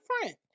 front